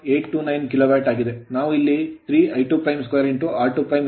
829KW kilo watt ಆಗಿದೆ